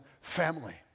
family